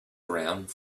around